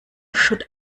should